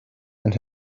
and